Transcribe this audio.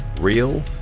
real